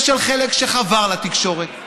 ושל חלק שחבר לתקשורת,